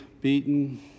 beaten